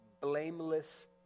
blameless